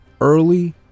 early